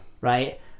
right